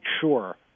sure